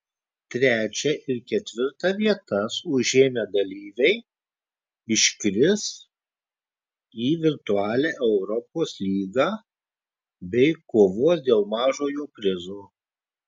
trečią ir ketvirtą vietas užėmę dalyviai iškris į virtualią europos lygą bei kovos dėl mažojo prizo